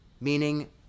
Meaning